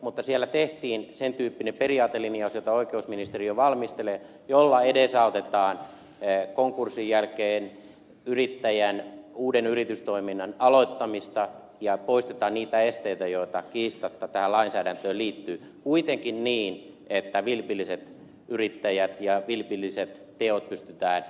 mutta siellä tehtiin sen tyyppinen periaatelinjaus jota oikeusministeriö jo valmistelee jolla edesautetaan konkurssin jälkeen yrittäjän uuden yritystoiminnan aloittamista ja poistetaan niitä esteitä joita kiistatta tähän lainsäädäntöön liittyy kuitenkin niin että vilpilliset yrittäjät ja vilpilliset teot pystytään poistamaan